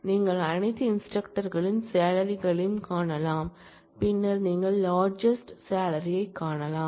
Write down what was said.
நீங்கள் அனைத்து இன்ஸ்டிரக்டர்களின் செலரி யும் காணலாம் பின்னர் நீங்கள் லர்ஜெஸ்ட் செலரி காணலாம்